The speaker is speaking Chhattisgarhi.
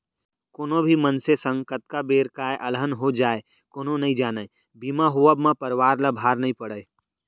कोनो भी मनसे संग कतका बेर काय अलहन हो जाय कोनो नइ जानय बीमा होवब म परवार ल भार नइ पड़य